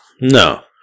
No